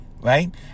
right